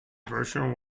version